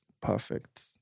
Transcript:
perfect